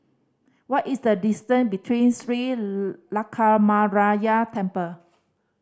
what is the distance between Sri Lankaramaya Temple